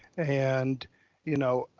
and you know,